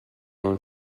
non